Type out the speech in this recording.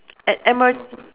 at M R